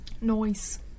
noise